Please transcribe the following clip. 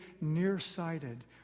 nearsighted